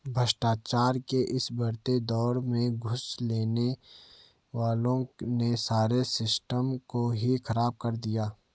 भ्रष्टाचार के इस बढ़ते दौर में घूस लेने वालों ने सारे सिस्टम को ही खराब कर दिया है